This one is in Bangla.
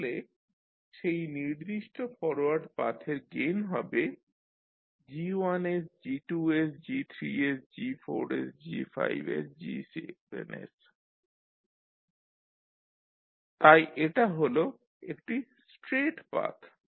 তাহলে সেই নির্দিষ্ট ফরওয়ার্ড পাথের গেইন হবে G1sG2sG3 sG4sG5sG7 তাই এটা হল একটি স্ট্রেইট পাথ